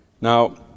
Now